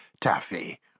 Taffy